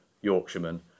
Yorkshireman